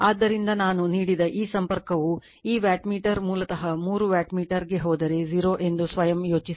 ಆದ್ದರಿಂದ ನಾನು ನೀಡಿದ ಈ ಸಂಪರ್ಕವು ಈ ವ್ಯಾಟ್ಮೀಟರ್ ಮೂಲತಃ 3 ವಾಟ್ಮೀಟರ್ಗೆ ಹೋದರೆ 0 ಎಂದು ಸ್ವಯಂ ಯೋಚಿಸಿ